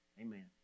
amen